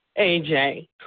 AJ